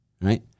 right